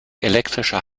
elektrischer